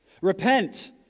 Repent